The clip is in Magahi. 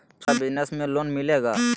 छोटा बिजनस में लोन मिलेगा?